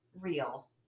real